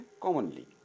commonly